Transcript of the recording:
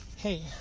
Hey